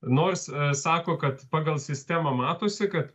nors sako kad pagal sistemą matosi kad